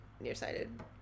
nearsighted